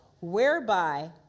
whereby